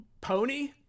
pony